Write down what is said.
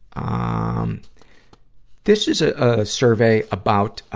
um this is, ah, a survey about, ah